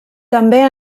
també